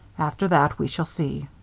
after that, we shall see.